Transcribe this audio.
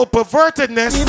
pervertedness